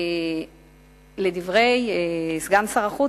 לדברי סגן שר החוץ,